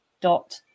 dot